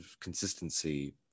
consistency